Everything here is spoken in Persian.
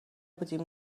بودیم